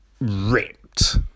ripped